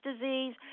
disease